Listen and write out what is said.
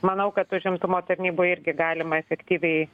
manau kad užimtumo tarnyboj irgi galima efektyviai